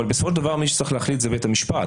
אבל בסופו של דבר מי שצריך להחליט זה בית המשפט,